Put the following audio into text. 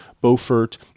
Beaufort